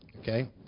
Okay